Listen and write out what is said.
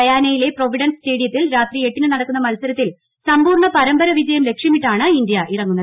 ഗയാനയിലെ Providence സ്റ്റേഡിയത്തിൽ രാത്രി എട്ടിന് നടക്കുന്ന മത്സരത്തിൽ സമ്പൂർണ പരമ്പര വിജയം ലക്ഷ്യമിട്ടാണ് ഇന്ത്യ ഇറങ്ങുന്നത്